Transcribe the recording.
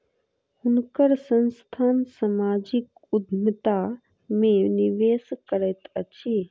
हुनकर संस्थान सामाजिक उद्यमिता में निवेश करैत अछि